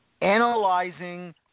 analyzing